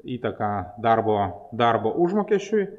įtaka darbo darbo užmokesčiui